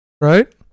right